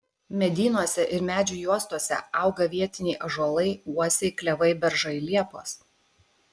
medynuose ir medžių juostose auga vietiniai ąžuolai uosiai klevai beržai liepos